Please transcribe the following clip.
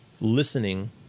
listening